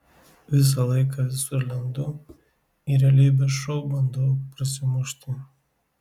visą laiką visur lendu į realybės šou bandau prasimušti